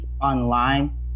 online